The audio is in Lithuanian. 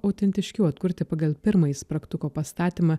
autentiškiau atkurti pagal pirmąjį spragtuko pastatymą